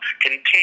Continue